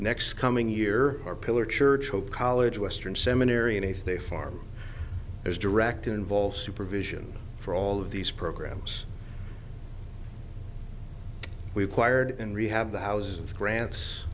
next coming year or pillar church or college western seminary and if they farm there's direct involved supervision for all of these programs we've quired in rehab the house of grants